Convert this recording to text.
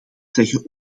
zeggen